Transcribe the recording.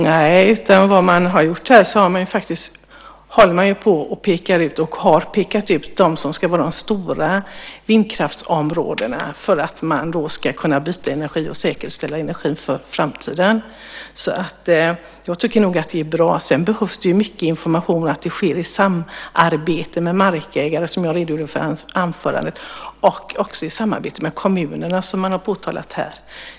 Fru talman! Nej, de man pekat ut är de som ska vara de stora vindkraftsområdena för att därmed kunna byta och säkerställa energi för framtiden. Jag tycker nog att det är bra. Sedan behövs det mycket information - bland annat att detta sker i samarbete med markägare, vilket jag redogjorde för i mitt huvudanförande, och även i samarbete med kommunerna, som påtalats här.